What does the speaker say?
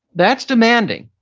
that's demanding,